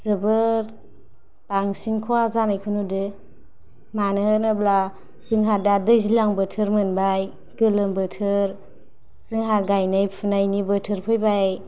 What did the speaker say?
जोबोद बांसिन खहा जानायखौ नुदों मानो होनोब्ला जोंहा दा दैज्लां बोथोर मोनबाय गोलोम बोथोर जोंहा गाइनाय फुनाय नि बोथोर फैबाय